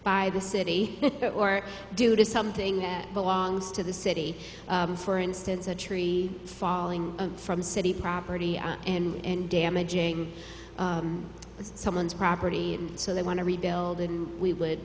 by the city or due to something that belongs to the city for instance a tree falling from city property and damaging someone's property and so they want to rebuild it and we would